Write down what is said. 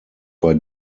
bei